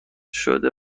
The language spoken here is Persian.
شده